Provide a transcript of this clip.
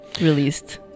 released